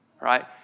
Right